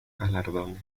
galardones